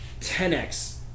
10x